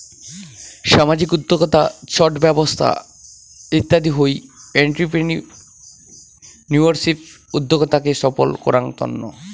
সামাজিক উদ্যক্তা, ছট ব্যবছা ইত্যাদি হউ এন্ট্রিপ্রেনিউরশিপ উদ্যোক্তাকে সফল করাঙ তন্ন